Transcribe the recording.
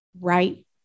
right